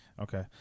Okay